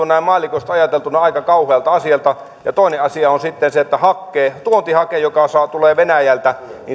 näin maallikosta ajateltuna aika kauhealta asialta ja toinen asia on sitten se että tuontihake joka tulee venäjältä